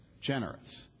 Generous